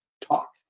talk